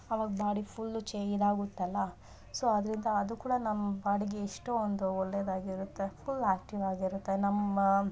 ಆವಾಗ body full ಚೇ ಇದಾಗುತ್ತಲ್ಲ ಸೊ ಅದರಿಂದ ಅದು ಕೂಡ ನಮ್ಮ ಬಾಡಿಗೆ ಎಷ್ಟೋ ಒಂದು ಒಳ್ಳೇದಾಗಿರುತ್ತೆ ಫುಲ್ ಆ್ಯಕ್ಟಿವ್ ಆಗಿರುತ್ತೆ ನಮ್ಮ